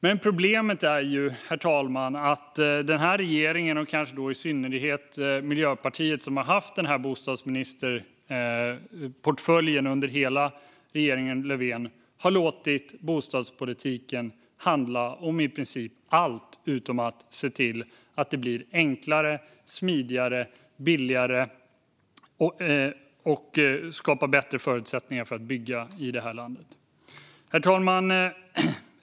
Men problemet är, herr talman, att denna regering och kanske i synnerhet Miljöpartiet, som har haft bostadsministerportföljen under hela regeringen Löfvens tid, har låtit bostadspolitiken handla om i princip allt utom att se till att skapa bättre förutsättningar för att bygga i det här landet och se till att det blir enklare, smidigare och billigare. Herr talman!